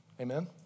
Amen